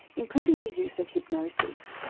including the use of hypnosis.